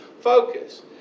focus